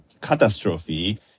catastrophe